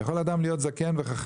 יכול להיות אדם זקן וחכם,